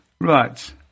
Right